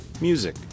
music